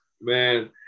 man